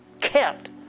kept